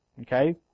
Okay